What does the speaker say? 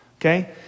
okay